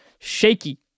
shaky